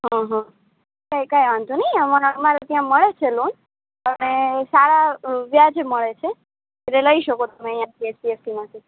હંહં કંઈ કંઈ વાંધો નહીં અમાર અમારે ત્યાં મળે જ છે લોન અને સારા અ વ્યાજે મળે છે એટલે લઇ શકો તમે એચડીએફસીમાંથી